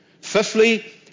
Fifthly